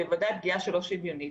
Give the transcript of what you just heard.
בוודאי פגיעה שהיא לא שוויונית,